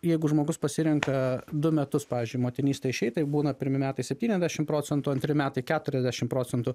jeigu žmogus pasirenka du metus pavyzdžiui motinystei išeit tai būna pirmi metai septyniasdešimt procentų antri metai keturiasdešimt procentų